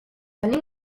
venim